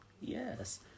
Yes